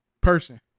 person